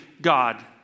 God